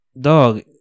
dog